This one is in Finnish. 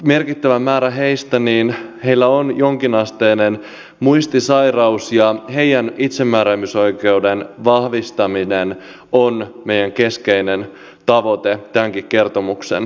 merkittävällä määrällä heistä on jonkinasteinen muistisairaus ja heidän itsemääräämisoikeutensa vahvistaminen on meidän keskeinen tavoite tämänkin kertomuksen mukaan